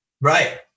right